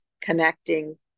connecting